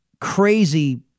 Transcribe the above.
crazy